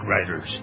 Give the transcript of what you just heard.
writers